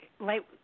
light